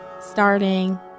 starting